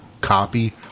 copy